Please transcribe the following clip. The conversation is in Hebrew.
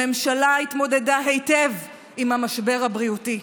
הממשלה התמודדה היטב עם המשבר הבריאותי,